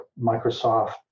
Microsoft